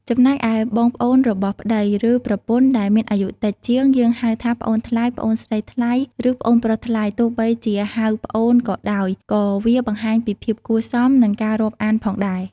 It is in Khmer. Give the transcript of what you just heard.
ចំណែកឯបងប្អូនរបស់ប្ដី ឬប្រពន្ធដែលមានអាយុតិចជាង យើងហៅថា ប្អូនថ្លៃ, ប្អូនស្រីថ្លៃ ឬ ប្អូនប្រុសថ្លៃ ទោះបីជាហៅប្អូនក៏ដោយ ក៏វាបង្ហាញពីភាពគួរសម និងការរាប់អានផងដែរ។